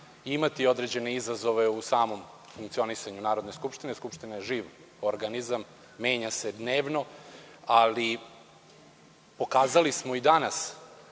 imati određene izazove u samom funkcionisanju Narodne skupštine. Skupština je živ organizam, menja se dnevno, ali pokazali smo i danas